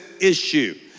issue